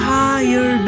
higher